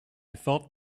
thought